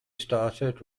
started